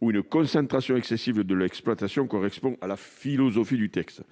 ou une concentration excessive de l'exploitation correspond à la philosophie du texte.